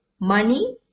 money